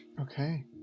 Okay